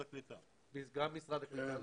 גם מנכ"ל משרד הקליטה.